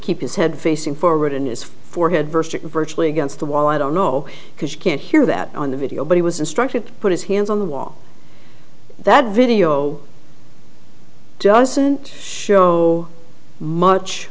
keep his head facing forward and his forehead first virtually against the wall i don't know because you can't hear that on the video but he was instructed to put his hands on the wall that video doesn't show much